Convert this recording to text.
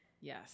Yes